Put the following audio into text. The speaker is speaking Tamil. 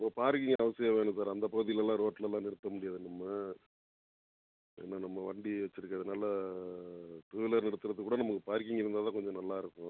இப்போது பார்க்கிங் அவசியம் வேணும் சார் அந்த பகுதியிலலாம் ரோட்டிலலாம் நிறுத்த முடியாது நம்ம ஏன்னா நம்ம வண்டி வச்சிருக்கறதுனால டூ வீலர் நிறுத்துகிறதுக்கு கூட நமக்கு பார்க்கிங் இருந்தால் தான் கொஞ்சம் நல்லா இருக்கும்